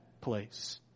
place